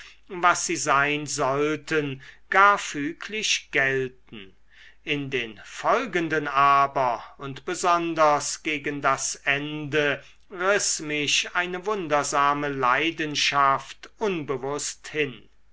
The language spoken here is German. was sie sein sollten gar füglich gelten in den folgenden aber und besonders gegen das ende riß mich eine wundersame leidenschaft unbewußt hin